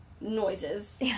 noises